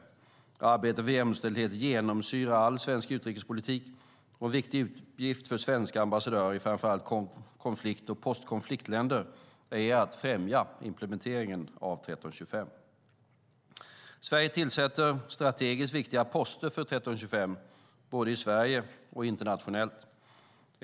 Arbetet för jämställdhet genomsyrar all svensk utrikespolitik, och en viktig uppgift för svenska ambassadörer i framför allt konflikt och postkonfliktländer är att främja implementeringen av 1325. Sverige tillsätter strategiskt viktiga poster för 1325 både i Sverige och internationellt.